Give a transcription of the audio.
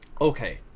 Okay